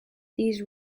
these